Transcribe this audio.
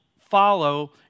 follow